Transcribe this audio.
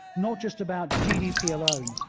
not just about gdp alone,